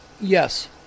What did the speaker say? Yes